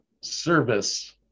service